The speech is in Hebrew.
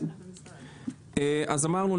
אז אמרנו,